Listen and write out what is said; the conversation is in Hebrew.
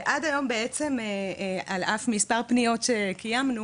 ועד היום בעצם, על אף מספר פניות שקיימנו,